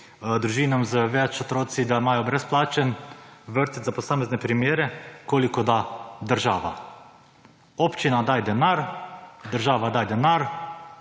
družinam z več otroci, da imajo brezplačen vrtec za posamezne primere, koliko da država. Občina daj denar, država da denar,